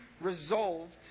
resolved